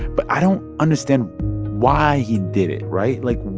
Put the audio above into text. but i don't understand why he did it, right? like,